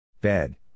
Bed